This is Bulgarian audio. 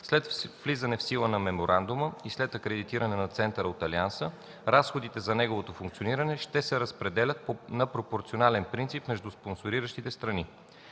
След влизане в сила на меморандума и след акредитиране на центъра от Алианса разходите за неговото функциониране ще се разпределят на пропорционален принцип между спонсориращите страни.